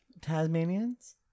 Tasmanians